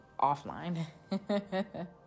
offline